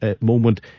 moment